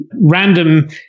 random